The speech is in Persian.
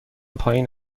پایین